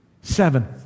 Seven